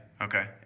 Okay